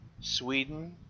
Sweden